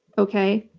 okay?